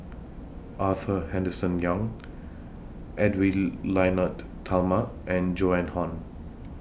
Arthur Henderson Young Edwy Lyonet Talma and Joan Hon